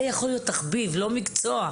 זה יכול להיות תחביב; לא מקצוע.